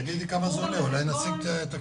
תגידי כמה זה עולה, אולי נשיג תקציב.